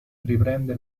riprende